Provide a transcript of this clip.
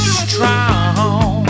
strong